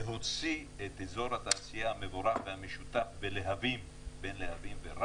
להוציא את אזור התעשייה המבורך והמשותף בין להבים לרהט,